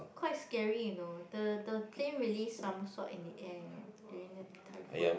quite scary you know the the plane really somersault in the air you know during the typhoon